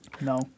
No